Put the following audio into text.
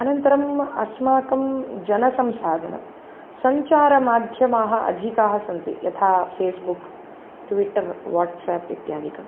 अनन्तरम् अस्माकं जनसंसाधनं सञ्चारमाध्यमाः अधिकाः सन्ति यथा फेस्बुक् ट्विट्टर् वाट्सेप् इत्यादिकं